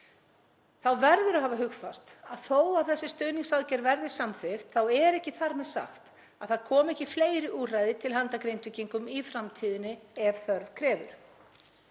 Þá verður að hafa hugfast að þó að þessi stuðningsaðgerð verði samþykkt þá er ekki þar með sagt að það komi ekki fleiri úrræði til handa Grindvíkingum í framtíðinni ef þörf krefur.